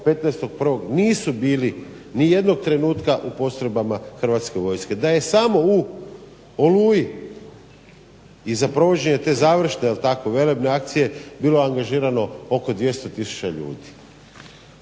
15.1.nisu bili nijednog trenutka u postrojbama Hrvatske vojske. Da je samo u Oluji i za provođenje te završne velebne akcije bilo angažirano oko 200 tisuća ljudi.